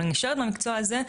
אבל אני נשארת במקצוע הזה,